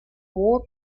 war